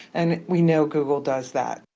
and we know google does that.